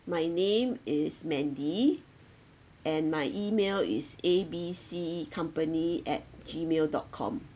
my name is mandy and my email is A B C company at gmail dot com